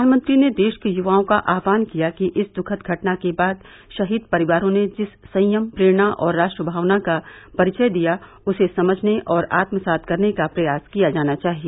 प्रधानमंत्री ने देश के युवाओं का आह्वान किया कि इस दुखद घटना के बाद शहीद परिवारों ने जिस संयम प्रेरणा और राष्ट्र भावना का परिचय दिया उसे समझने और आत्मसात करने का प्रयास करना चाहिए